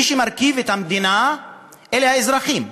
מי שמרכיב את המדינה אלה האזרחים,